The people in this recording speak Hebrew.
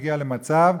שוויון,